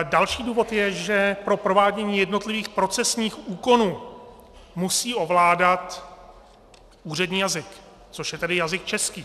Další důvod je, že pro provádění jednotlivých procesních úkonů musí ovládat úřední jazyk, což je tedy jazyk český.